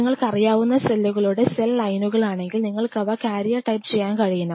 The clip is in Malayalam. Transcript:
നിങ്ങൾക്കറിയാവുന്ന സെല്ലുകളുടെ സെൽ ലൈനുകളാന്നെങ്കിൽ നിങ്ങൾക്കവ കാരൃർ ടൈപ്പ് ചെയ്യാൻ കഴിയണം